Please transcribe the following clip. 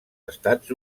estats